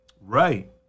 Right